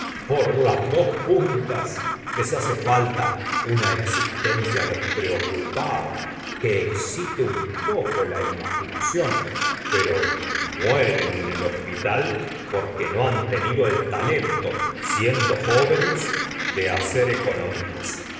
por las dos puntas les hace falta una existencia despreocupada que excite un poco la imaginación pero mueren en el hospital porque no han tenido el talento siendo jóvenes de hacer economías